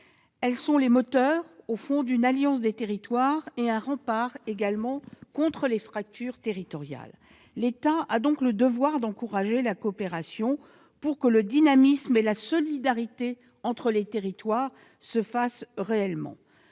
Elles sont les moteurs d'une « alliance des territoires », ainsi qu'un rempart contre les fractures territoriales. L'État a le devoir d'encourager la coopération pour que le dynamisme et la solidarité entre les territoires soient effectifs.